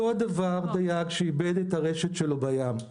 אותו הדבר דייג שאיבד את הרשת שלו בים.